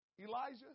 Elijah